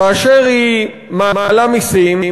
כאשר היא מעלה מסים,